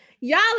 y'all